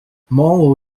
morrow